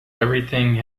everything